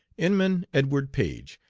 inman edward page,